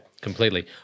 Completely